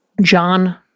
John